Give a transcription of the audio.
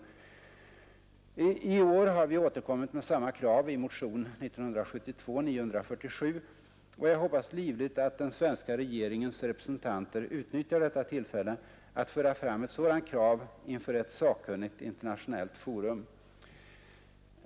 Vi har i år återkommit med samma krav i motionen 1972:947. Jag hoppas livligt att den svenska regeringens representanter utnyttjar detta tillfälle att föra fram ett sådant krav inför ett sakkunnigt internationellt forum.